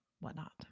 whatnot